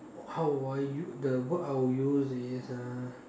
how would I use the word I would use is uh